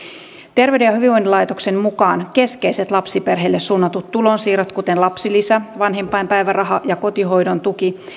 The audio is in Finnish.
terveyden ja hyvinvoinnin laitoksen mukaan keskeiset lapsiperheille suunnatut tulonsiirrot kuten lapsilisä vanhempainpäiväraha ja kotihoidon tuki